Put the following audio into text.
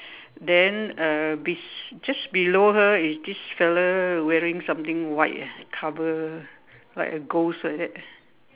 then uh bes~ just below her is this fella wearing something white ah cover like a ghost like that